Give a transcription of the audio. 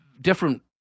different